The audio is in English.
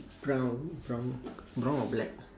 brown brown brown or black